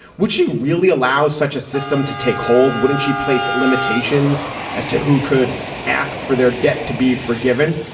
would she really allow such a system to take hold? wouldn't she place limitations as to who could ask for their debt to be forgiven?